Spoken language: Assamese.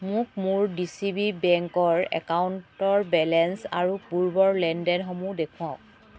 মোক মোৰ ডি চি বি বেংকৰ একাউণ্টৰ বেলেঞ্চ আৰু পূৰ্বৰ লেনদেনসমূহ দেখুৱাওক